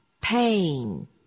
pain